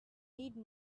need